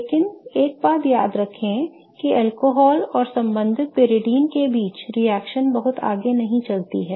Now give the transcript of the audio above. लेकिन एक बात याद रखें कि अल्कोहल और संबंधित पाइरीडीन के बीच रिएक्शन बहुत आगे नहीं चलती है